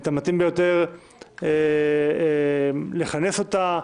את המתאים ביותר לכנס אותה,